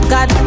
God